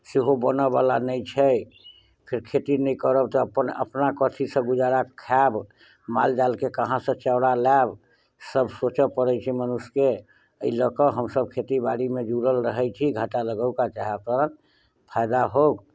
सेहो बनयवला नहि छै फेर खेती नहि करब तऽ अपन अपना कथीसँ गुजारा खायब मालजालकेँ कहाँसँ चाड़ा लायब सभ सोचय पड़ैत छै मनुष्यकेँ एहि लऽ कऽ हमसभ खेती बाड़ीमे जुड़ल रहैत छी घाटा लगौक आ चाहे अपन फायदा हौक